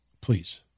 Please